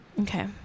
Okay